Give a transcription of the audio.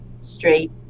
straight